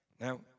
Now